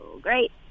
great